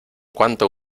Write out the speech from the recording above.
cuánto